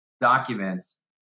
documents